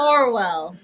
Orwell